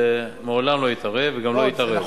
מעולם לא התערב וגם לא יתערב.